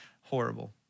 horrible